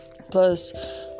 plus